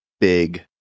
big